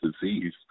disease